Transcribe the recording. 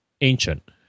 ancient